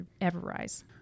EverRise